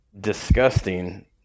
disgusting